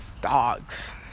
Dogs